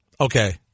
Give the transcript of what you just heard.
Okay